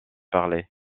parler